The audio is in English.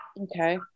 Okay